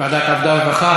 לוועדת העבודה והרווחה.